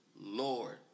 Lord